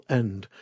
end